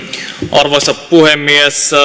arvoisa puhemies